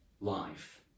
life